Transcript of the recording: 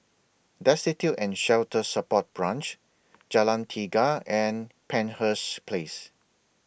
Destitute and Shelter Support Branch Jalan Tiga and Penshurst Place